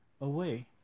Away